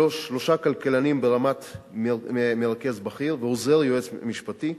שלושה כלכלנים ברמת מרכז בכיר ועוזר ליועצת משפטית,